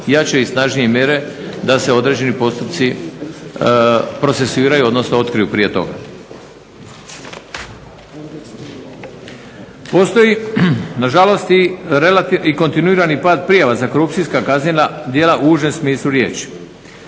jače i snažnije mjere da se određeni postupci procesuiraju odnosno otkriju prije toga. Postoji nažalost i kontinuirani pad prijava za korupcijska kaznena djela u užem smislu riječi.